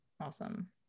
awesome